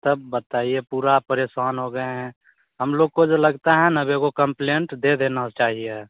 तब बताइए पूरा परेशान हो गए हैं हम लोग को जो लगता है ना अब एको कम्प्लेन्ट दे देना चाहिए